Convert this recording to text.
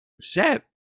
set